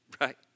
right